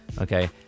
okay